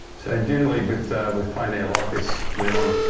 so generally with with plein air like this leon,